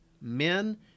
men